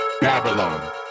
Babylon